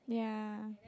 ya